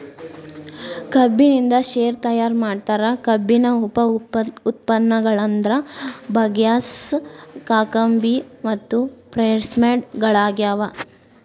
ಕಬ್ಬಿನಿಂದ ಶೇರೆ ತಯಾರ್ ಮಾಡ್ತಾರ, ಕಬ್ಬಿನ ಉಪ ಉತ್ಪನ್ನಗಳಂದ್ರ ಬಗ್ಯಾಸ್, ಕಾಕಂಬಿ ಮತ್ತು ಪ್ರೆಸ್ಮಡ್ ಗಳಗ್ಯಾವ